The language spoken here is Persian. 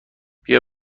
بیا